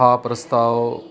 हा प्रस्ताव